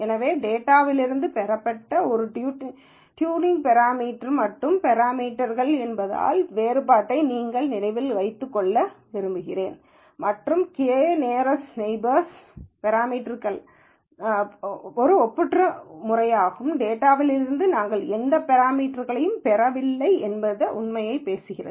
எனவே டேட்டாலிருந்து பெறப்பட்ட ஒரு ட்யூனிங் பெராமீட்டர் மற்றும் பெராமீட்டர்க்கள் என்பதன் வேறுபாட்டை நீங்கள் நினைவில் வைத்துக் கொள்ள விரும்புகிறேன் மற்றும் k நியரஸ்ட் நெய்பர்ஸ்ஒரு ஒப்பற்ற முறை டேட்டாகளிலிருந்து நாங்கள் எந்த பெராமீட்டர்க்களையும் பெறவில்லை என்ற உண்மையைப் பேசுகிறது